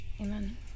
Amen